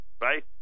right